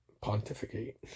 pontificate